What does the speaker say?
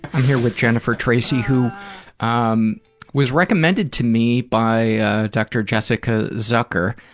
i'm here with jennifer tracy, who um was recommended to me by dr. jessica zucker,